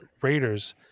Raiders